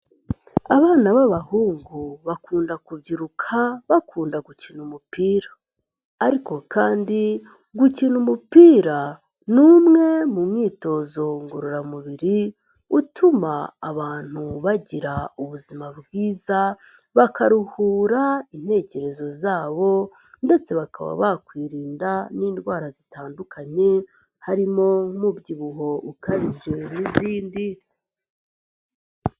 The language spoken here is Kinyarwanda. Abana b'abahungu bakunda kubyiruka bakunda gukina umupira ariko kandi gukina umupira ni umwe mu mwitozo ngororamubiri utuma abantu bagira ubuzima bwiza bakaruhura intekerezo zabo ndetse bakaba bakwirinda n'indwara zitandukanye harimo n'umubyibuho ukabije n'izindi.